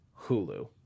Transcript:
Hulu